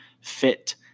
fit